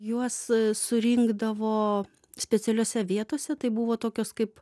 juos surinkdavo specialiose vietose tai buvo tokios kaip